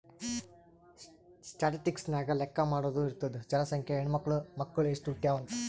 statistics ನಾಗ್ ಲೆಕ್ಕಾ ಮಾಡಾದು ಇರ್ತುದ್ ಜನಸಂಖ್ಯೆ, ಹೆಣ್ಮಕ್ಳು, ಮಕ್ಕುಳ್ ಎಸ್ಟ್ ಹುಟ್ಯಾವ್ ಅಂತ್